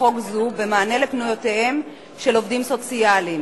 חוק זו במענה לפניותיהם של עובדים סוציאליים,